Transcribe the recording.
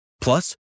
Plus